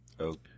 Okay